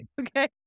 Okay